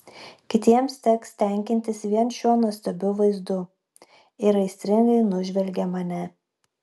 kitiems teks tenkintis vien šiuo nuostabiu vaizdu ir aistringai nužvelgia mane